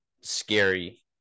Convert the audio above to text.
scary